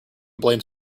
blames